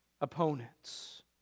opponents